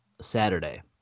Saturday